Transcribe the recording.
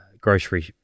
grocery